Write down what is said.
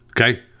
Okay